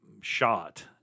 shot